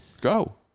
go